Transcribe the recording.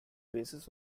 basis